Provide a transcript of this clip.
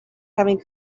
having